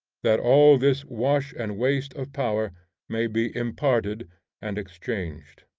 that all this wash and waste of power may be imparted and exchanged.